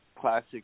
classic